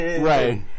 Right